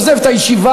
עוזב את הישיבה,